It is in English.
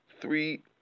three